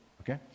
Okay